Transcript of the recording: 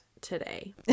today